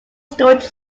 storage